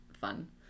fun